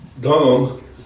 Dumb